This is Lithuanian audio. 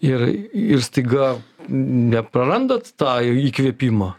ir ir staiga neprarandat tą įkvėpimo